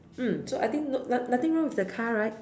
mm so I think not~ nothing wrong with the car right